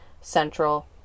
Central